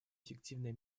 эффективные